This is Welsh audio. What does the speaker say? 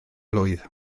blwydd